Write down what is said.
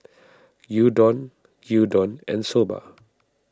Gyudon Gyudon and Soba